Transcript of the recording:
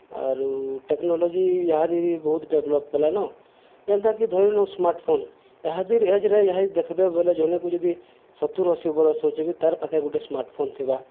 ଆରୁ ଟେକ୍ନୋଲୋଜି ଏହାଦେ ବି ବହୁତ୍ ଡେଭ୍ଲପ୍ କଲାନ ଯେନ୍ତାକି ଧରି ନଉଁ ସ୍ମାର୍ଟ୍ଫୋନ୍ ଇହାଦେ ଏଜ୍ରେ ଏହାଦେ ଦେଖ୍ବେ ବୋଏଲେ ଜଣେକୁ ଯଦି ସତୁର ଅଶୀ ବରସ୍ ହଉଛେ ବି ତାର୍ ପାଖେ ଗୁଟେ ସ୍ମାର୍ଟ୍ଫୋନ୍ ଥିବା